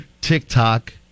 TikTok